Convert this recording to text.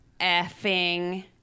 effing